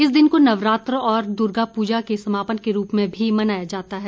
इस दिन को नवरात्र और दुर्गा पूजा के समापन के रूप में भी मनाया जाता है